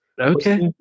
Okay